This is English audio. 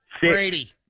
Brady